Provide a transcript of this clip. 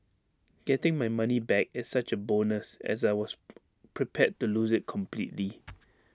getting my money back is such A bonus as I was prepared to lose IT completely